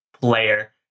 player